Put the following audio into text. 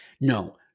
no